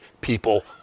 people